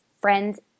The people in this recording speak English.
friends